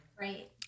Right